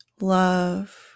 love